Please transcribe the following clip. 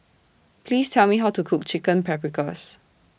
Please Tell Me How to Cook Chicken Paprikas